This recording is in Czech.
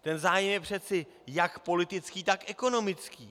Ten zájem je přece jak politický, tak ekonomický.